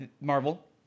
Marvel